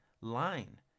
line